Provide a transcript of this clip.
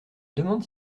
demande